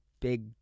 big